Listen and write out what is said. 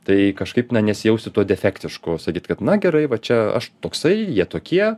tai kažkaip na nesijausi tuo defektišku sakyt kad na gerai va čia aš toksai jie tokie